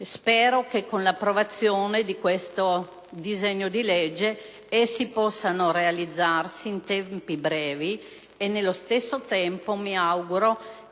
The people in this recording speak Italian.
spero che, con l'approvazione di questo disegno di legge, possano realizzarsi in tempi brevi e, nello stesso tempo, mi auguro